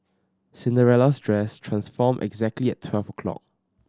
Cinderella's dress transformed exactly at twelve o'clock